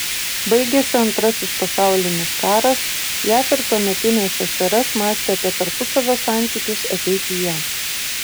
baigėsi antrasis pasaulinis karas jav ir tuometinė ssrs mąstė apie tarpusavio santykius ateityje